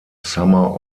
summer